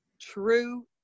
true